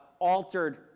altered